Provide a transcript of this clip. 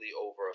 over